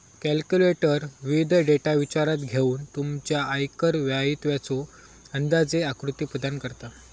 calculator विविध data विचारात घेऊन तुमच्या आयकर दायित्वाचो अंदाजे आकृती प्रदान करता